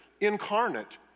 incarnate